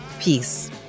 Peace